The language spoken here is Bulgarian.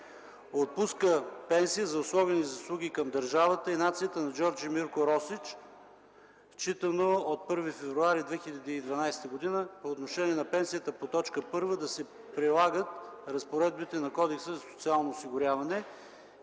Отпуска пенсия за особени заслуги към държавата и нацията на Джордже Мирко Росич, считано от 1 февруари 2012 г. 2. По отношение на пенсията по т. 1 да се прилагат разпоредбите на Кодекса за социално осигуряване.